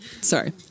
Sorry